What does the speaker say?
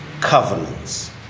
covenants